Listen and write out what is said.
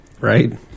Right